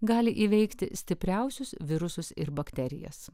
gali įveikti stipriausius virusus ir bakterijas